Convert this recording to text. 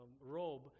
robe